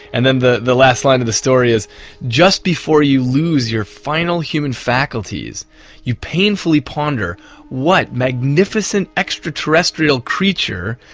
and then the the last line of the story is just before you lose your final human faculties you painfully ponder what magnificent extraterrestrial creature,